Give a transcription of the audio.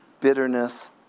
bitterness